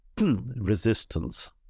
resistance